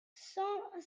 cent